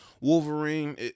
Wolverine